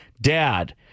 Dad